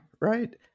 right